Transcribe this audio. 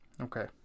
Okay